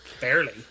Barely